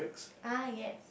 ah yes